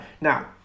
now